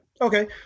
Okay